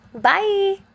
Bye